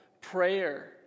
prayer